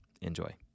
Enjoy